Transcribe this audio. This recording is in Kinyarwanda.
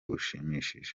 bushimishije